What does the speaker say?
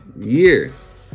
years